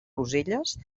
roselles